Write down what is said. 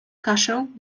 kaszę